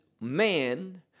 man